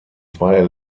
zwei